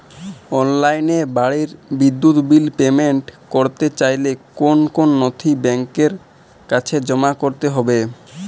অনলাইনে বাড়ির বিদ্যুৎ বিল পেমেন্ট করতে চাইলে কোন কোন নথি ব্যাংকের কাছে জমা করতে হবে?